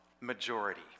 Majority